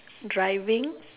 driving